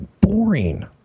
boring